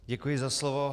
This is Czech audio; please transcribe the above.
Děkuji za slovo.